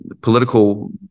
political